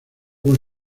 con